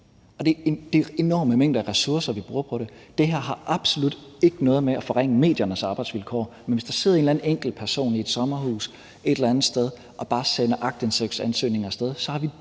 det er enorme mængder af ressourcer, vi bruger på det. Det her har absolut ikke noget at gøre med at forringe mediernes arbejdsvilkår, men hvis der sidder en eller anden enkeltperson i et sommerhus et eller andet sted og bare sender aktindsigtsansøgninger af sted,